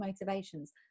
motivations